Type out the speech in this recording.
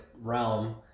realm